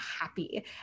happy